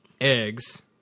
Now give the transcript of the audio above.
eggs